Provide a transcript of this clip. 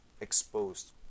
exposed